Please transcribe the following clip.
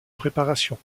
préparation